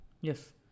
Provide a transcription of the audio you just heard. Yes